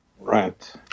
Right